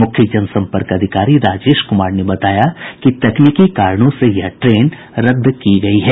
मुख्य जनसंपर्क अधिकारी राजेश कुमार ने बताया कि तकनीकी कारणों से यह ट्रेन रद्द की गयी है